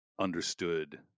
understood